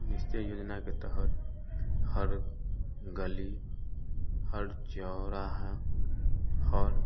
निश्चय योजना के तहत हर गली हर चौराहा और